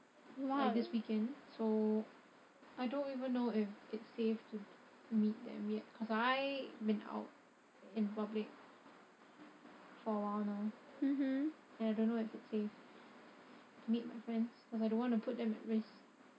this weekend so I don't even know if it's safe to meet them yet cause I've been out in public for awhile now and I don't know if it's safe to meet my friends cause I don't want to put them at risk